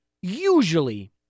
usually